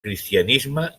cristianisme